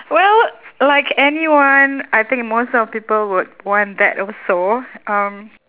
well like anyone I think most of people would want that also um